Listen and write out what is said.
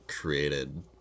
created